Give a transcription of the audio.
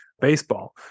baseball